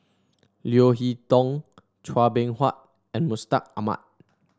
Leo Hee Tong Chua Beng Huat and Mustaq Ahmad